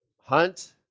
hunt